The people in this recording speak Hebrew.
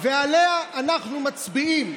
ועליה אנחנו מצביעים,